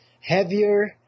heavier